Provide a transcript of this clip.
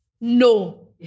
No